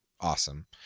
Awesome